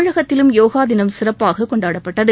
தமிழகத்திலும் யோகா தினம் சிறப்பாக கொண்டாடப்பட்டது